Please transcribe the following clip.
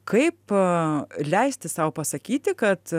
kaip leisti sau pasakyti kad